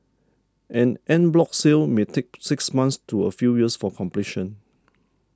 an en bloc sale may take six months to a few years for completion